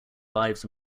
lives